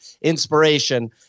inspiration